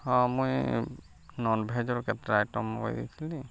ହଁ ମୁଇଁ ନନ୍ଭେଜ୍ର କେତେଟା ଆଇଟମ୍ ମଗେଇଦେଇଥିଲି